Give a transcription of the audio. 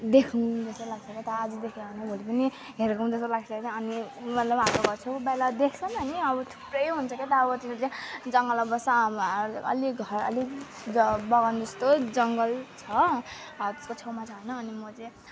देखौँ जस्तो लाग्छ के त आज देख्यो भने भोलि पनि हेरेको हुँ जस्तो लाग्छ होइन अनि मतलब हाम्रो घर छेउमा त देख्छ नि त नि अब थुप्रै हुन्छ के त अब त्यो चाहिँ जङ्गलमा बस्छ अब अलि घर अलिक बगानजस्तो जङ्गल छ त्यसको छेउमा छ होइन अनि म चाहिँ